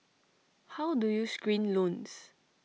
how do you screen loans